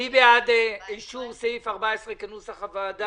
מי בעד אישור סעיף 14 כנוסח הוועדה?